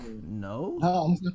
No